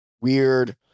weird